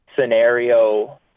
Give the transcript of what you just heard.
scenario